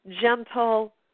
gentle